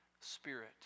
Spirit